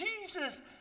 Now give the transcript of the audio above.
Jesus